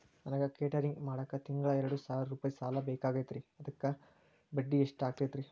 ನನಗ ಕೇಟರಿಂಗ್ ಮಾಡಾಕ್ ತಿಂಗಳಾ ಎರಡು ಸಾವಿರ ರೂಪಾಯಿ ಸಾಲ ಬೇಕಾಗೈತರಿ ಅದರ ಬಡ್ಡಿ ಎಷ್ಟ ಆಗತೈತ್ರಿ?